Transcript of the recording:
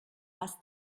das